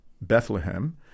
Bethlehem